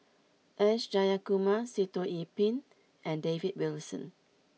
S Jayakumar Sitoh Yih Pin and David Wilson